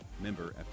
Member